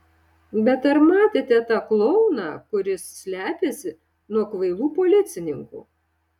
bet ar matėte tą klouną kuris slepiasi nuo kvailų policininkų